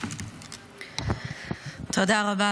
תודה רבה.